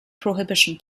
prohibition